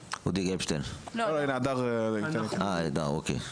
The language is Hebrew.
הדר, בבקשה.